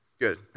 Good